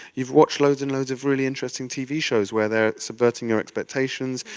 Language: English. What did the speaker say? you've watched loads and loads of really interesting tv shows where they're subverting your expectations,